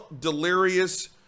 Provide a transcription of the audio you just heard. delirious